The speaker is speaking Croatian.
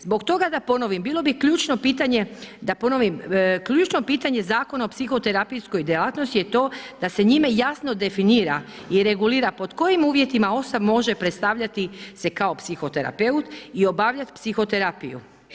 Zbog toga da ponovim, bilo bi ključno pitanje, da ponovim, ključno pitanje Zakona o psihoterapijskoj djelatnosti je to da se njime jasno definira i regulira pod kojim uvjetima on sad može predstavljati se kao psihoterapeut i obavljati psihoterapiju.